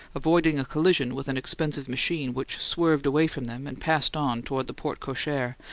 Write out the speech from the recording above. avoiding a collision with an impressive machine which swerved away from them and passed on toward the porte-cochere,